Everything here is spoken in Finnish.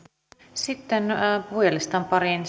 sitten puhujalistan pariin